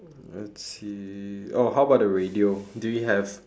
let's see oh how about the radio do you have